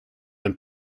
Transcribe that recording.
and